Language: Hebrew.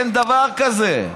אין דבר כזה.